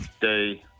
day